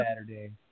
Saturday